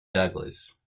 douglas